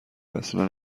اصلن